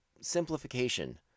simplification